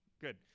good